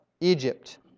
Egypt